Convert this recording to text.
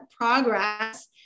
progress